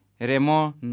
Remo